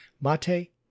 Mate